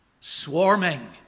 Swarming